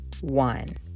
one